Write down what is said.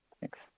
Thanks